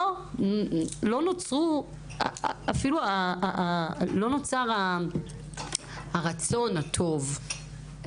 אפילו לא נוצר הרצון הטוב,